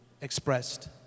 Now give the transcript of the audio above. expressed